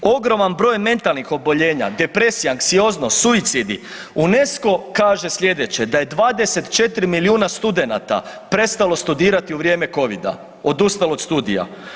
Ogroman broj je mentalnih oboljenja, depresija, anksioznost, suicidi, UNESCO kaže sljedeće, da je 24 milijuna studenata prestalo studirati u vrijeme Covida, odustalo od studija.